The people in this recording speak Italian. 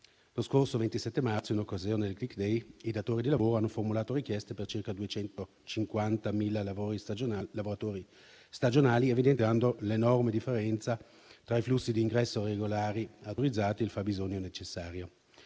Lo scorso 27 marzo, in occasione del *click day*, i datori di lavoro hanno formulato richieste per circa 250.000 lavoratori stagionali, evidenziando l'enorme differenza tra i flussi di ingresso regolari autorizzati e il fabbisogno necessario.